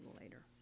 later